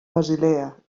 basilea